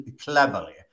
cleverly